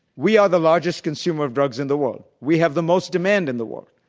we are the largest consumer drugs in the world. we have the most demand in the world.